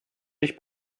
dich